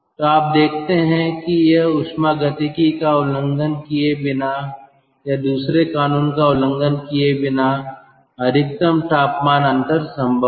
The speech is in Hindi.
तो आप देखते हैं कि यह ऊष्मागतिकी का उल्लंघन किए बिना या दूसरे कानून का उल्लंघन किए बिना अधिकतम तापमान अंतर संभव है